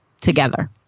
together